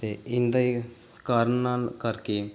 ਅਤੇ ਇਹਨਾਂ ਦਾ ਇਹ ਕਾਰਨ ਨਾ ਕਰਕੇ